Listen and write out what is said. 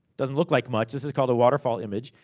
doesn't look like much. this is called a waterfall image.